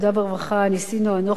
אנוכי ויושב-ראש הוועדה,